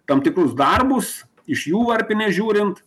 tam tikrus darbus iš jų varpinės žiūrint